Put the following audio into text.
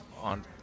on